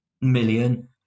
million